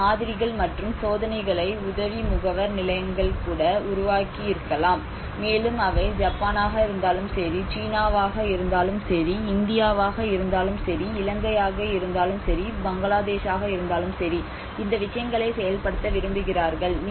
சில மாதிரிகள் மற்றும் சோதனைகளை உதவி முகவர் நிலையங்கள் கூட உருவாக்கியிருக்கலாம் மேலும் அவை ஜப்பானாக இருந்தாலும் சரி சீனாவாக இருந்தாலும் சரி இந்தியாவாக இருந்தாலும் சரி இலங்கையாக இருந்தாலும் சரி பங்களாதேஷாக இருந்தாலும் சரி இந்த விஷயங்களை செயல்படுத்த விரும்புகிறார்கள்